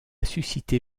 suscité